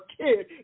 kid